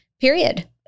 period